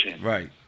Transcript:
Right